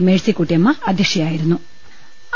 മേഴ്സിക്കുട്ടിയമ്മി അധ്യക്ഷയായിരു ന്നു